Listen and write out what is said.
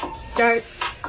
starts